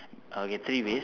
okay three ways